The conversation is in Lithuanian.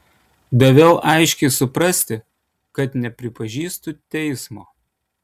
daviau aiškiai suprasti kad nepripažįstu teismo